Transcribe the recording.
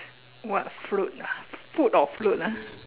what fruit ah food or fruit ah